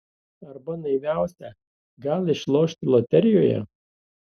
arba naiviausia gal išlošti loterijoje